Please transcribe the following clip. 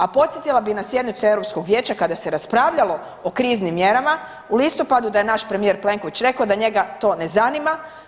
A podsjetila bih i na sjednicu Europskog vijeća kada se raspravljalo o kriznim mjerama u listopadu da je naš premijer Plenković rekao da njega to ne zanima.